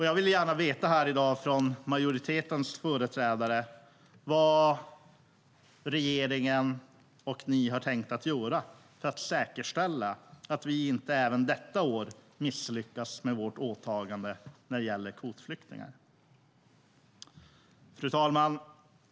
Jag vill gärna här i dag få veta från majoritetens företrädare vad regeringen och ni har tänkt göra för att säkerställa att vi inte även detta år misslyckas med vårt åtagande när det gäller kvotflyktingar. Herr talman!